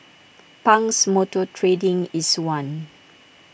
Pang's motor trading is one